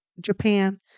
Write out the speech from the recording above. Japan